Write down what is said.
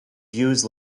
views